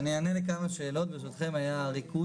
אז אני אענה לכמה שאלות, ברשותכם, היה ריכוז.